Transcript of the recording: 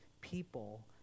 people